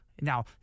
Now